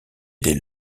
des